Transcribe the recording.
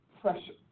pressure